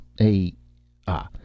A—ah